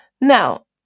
Now